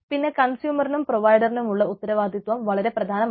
പിന്നെ കൺസ്യൂമറിനും പ്രൊവൈഡറിനുമുള്ള ഉത്തരവാദിത്വം വളരെ പ്രധാനമാണ്